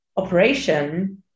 operation